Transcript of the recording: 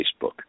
Facebook